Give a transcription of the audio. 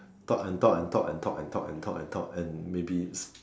talk and talk and talk and talk and talk and talk and talk and maybe